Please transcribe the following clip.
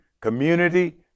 Community